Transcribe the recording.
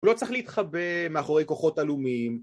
הוא לא צריך להתחבא, מאחורי כוחות הלאומיים.